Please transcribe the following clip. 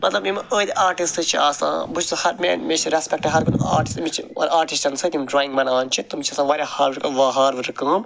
مطلب یِم أڈۍ آرٹِسٹہٕ چھِ آسان بہٕ چھُس ہر مےٚ مےٚ چھُ ریٚسپیٚکٹہِ ہر کُنہِ آرٹَس أمِچۍ آرٹسٹَن سۭتۍ یِم ڈارٛینٛگ بناوان چھِ واریاہ ہارڈ ورِک ہارڈ ورٕک کٲم